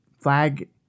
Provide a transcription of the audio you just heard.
flag